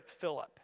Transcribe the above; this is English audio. Philip